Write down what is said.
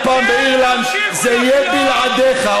הפעם באירלנד זה יהיה בלעדיך,